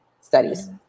studies